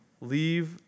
leave